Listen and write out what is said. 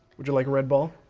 would you like a red ball?